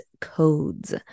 Codes